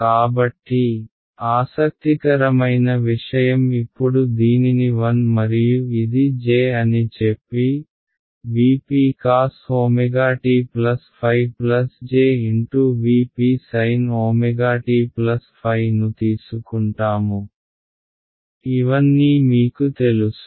కాబట్టి ఆసక్తికరమైన విషయం ఇప్పుడు దీనిని 1 మరియు ఇది j అని చెప్పి V p cos ω t ϕ j × V p sin ω t ϕ ను తీసుకుంటాము ఇవన్నీ మీకు తెలుసు